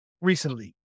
recently